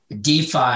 DeFi